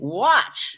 watch